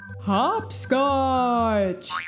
Hopscotch